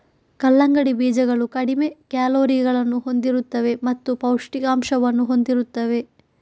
ಕಲ್ಲಂಗಡಿ ಬೀಜಗಳು ಕಡಿಮೆ ಕ್ಯಾಲೋರಿಗಳನ್ನು ಹೊಂದಿರುತ್ತವೆ ಮತ್ತು ಪೌಷ್ಠಿಕಾಂಶವನ್ನು ಹೊಂದಿರುತ್ತವೆ